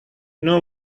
know